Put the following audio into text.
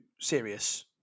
serious